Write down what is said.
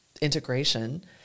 integration